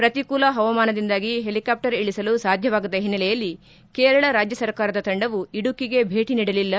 ಪ್ರತಿಕೂಲ ಹವಾಮಾನದಿಂದಾಗಿ ಹೆಲಿಕಾಫ್ಟರ್ ಇಳಿಸಲು ಸಾಧ್ಯವಾಗದ ಹಿನ್ನೆಲೆಯಲ್ಲಿ ಕೇರಳ ರಾಜ್ಯ ಸರ್ಕಾರದ ತಂಡವು ಇಡುಕ್ಕಿಗೆ ಭೇಟ ನೀಡಲಿಲ್ಲ